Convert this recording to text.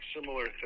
similar